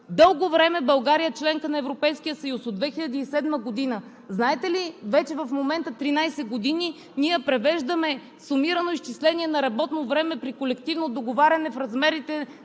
дълго време България е членка на Европейския съюз – от 2007 г. Знаете ли, че вече 13 години ние превеждаме сумирано изчисление на работно време при колективно договаряне в рамките